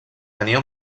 tenia